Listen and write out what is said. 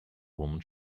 woman